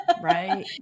right